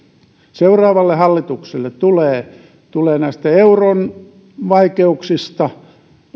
seuraavalle hallitukselle tulee tulee näistä euron vaikeuksista